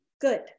good